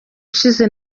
ushize